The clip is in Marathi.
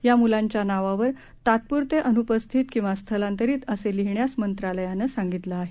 या मुलांच्या नावावर तात्पुरते अनुपस्थित किंवा स्थलांतरित असे लिहिण्यास मंत्रालयानं सांगितलं आहे